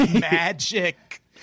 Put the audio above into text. magic